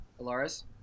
Alaris